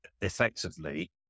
effectively